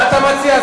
מה אתה מציע?